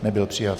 Nebyl přijat.